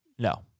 No